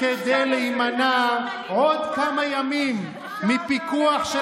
הכול כדי להימנע עוד כמה ימים מפיקוח של